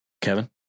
Kevin